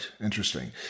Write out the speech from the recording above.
Interesting